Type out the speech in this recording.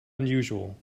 unusual